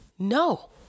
No